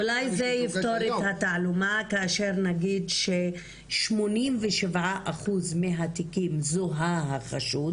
אולי זה יפתור את התעלומה כאשר נגיד שב-87% מהתיקים זוהה החשוד